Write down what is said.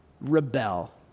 rebel